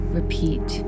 repeat